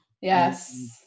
Yes